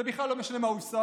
זה בכלל לא משנה מה הוא יפסוק.